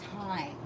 time